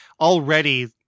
already